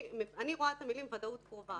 אני רואה את המילים "ודאות קרובה".